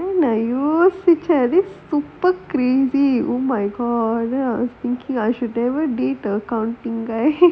யோசிச்சாலே:yosichaalae this super crazy oh my god I was thinking I should never find a accounting guy